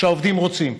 והעובדים רוצים.